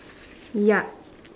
yup